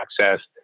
access